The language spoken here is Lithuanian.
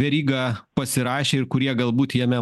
verygą pasirašė ir kurie galbūt jame